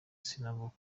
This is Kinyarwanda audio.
sinavuga